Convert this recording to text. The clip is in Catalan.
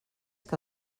que